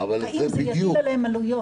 האם זה יגרום להם לעלויות.